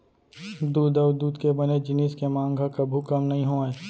दूद अउ दूद के बने जिनिस के मांग ह कभू कम नइ होवय